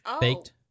baked